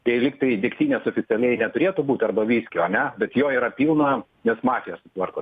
tai lygtai degtinės oficialiai neturėtų būti arba viskio ane bet jo yra pilna nes mafija sutvarko